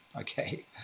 okay